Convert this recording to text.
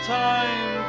time